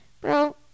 Bro